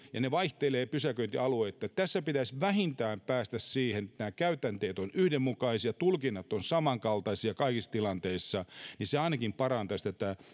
ja ne vaihtelevat pysäköintialueittain tässä pitäisi vähintään päästä siihen että nämä käytänteet ovat yhdenmukaisia ja tulkinnat ovat samankaltaisia kaikissa tilanteissa se ainakin parantaisi